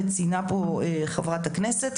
וציינה פה חברת הכנסת,